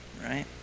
Right